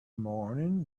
morning